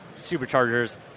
superchargers